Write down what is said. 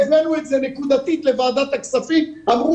העברנו את זה נקודתית לוועדת הכספים ואמרו